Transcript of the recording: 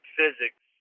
Physics